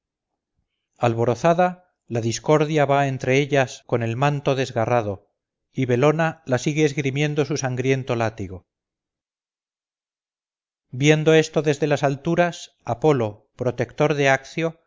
alborozada la discordia va entre ellas con el manto desgarrado y belona la sigue esgrimiendo su sangriento látigo viendo esto desde las alturas apolo protector de accio